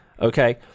Okay